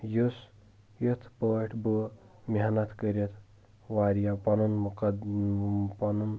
یُس یِتھ پٲٹھۍ بہٕ مٮ۪حنَت کٔرِتھ واریاہ پَنُن مُقَد پَنُن